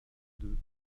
deux